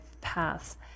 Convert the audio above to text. paths